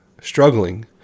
struggling